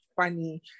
Funny